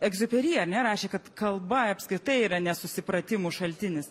egziuperi ane rašė kad kalba apskritai yra nesusipratimų šaltinis